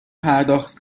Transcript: پرداخت